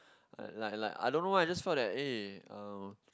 like like like I don't know why I just felt that eh um